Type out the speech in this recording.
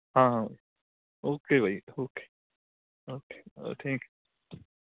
ਹਾਂ ਹਾਂ okay bye okay okay oh thank